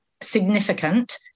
significant